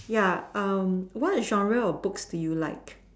ya um what genre of books do you like